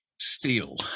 steel